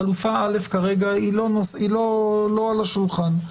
חלופה א' כרגע לא על השולחן.